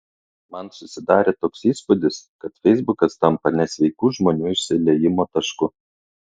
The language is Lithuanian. man susidarė toks įspūdis kad feisbukas tampa nesveikų žmonių išsiliejimo tašku